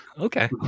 Okay